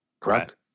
Correct